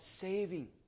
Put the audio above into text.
saving